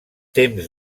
temps